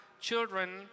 children